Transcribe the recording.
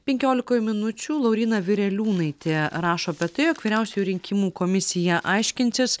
penkiolikoj minučių lauryna vireliūnaitė rašo apie tai jog vyriausioji rinkimų komisija aiškinsis